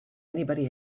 anybody